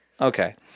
Okay